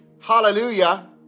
Hallelujah